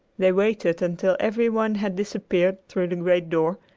they waited until every one had disappeared through the great door,